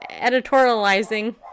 editorializing